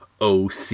OC